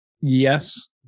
Yes